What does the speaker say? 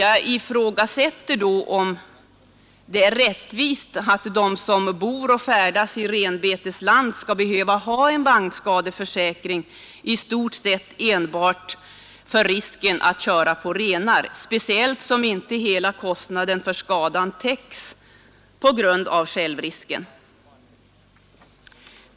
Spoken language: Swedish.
Jag ifrågasätter om det är rättvist att de som bor och färdas i renbetesland skall behöva ha en vagnskadeförsäkring i stort sett enbart på grund av risken att köra på renar, speciellt som på grund av självrisken inte hela kostnaden för skadan täcks.